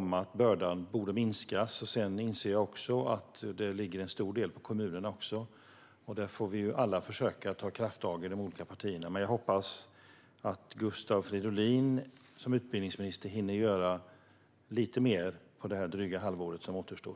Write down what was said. om att bördan borde minskas. Sedan inser jag också att det till stor del ligger på kommunerna. Där får vi alla i de olika partierna försöka att ta krafttag. Men jag hoppas att Gustav Fridolin som utbildningsminister hinner göra lite mer på det dryga halvåret som återstår.